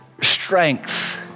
strength